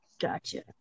Gotcha